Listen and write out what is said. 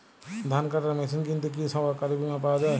ধান কাটার মেশিন কিনতে কি সরকারী বিমা পাওয়া যায়?